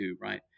right